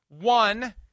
One